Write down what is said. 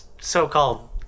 so-called